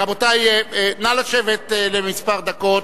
רבותי, נא לשבת לכמה דקות.